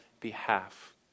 behalf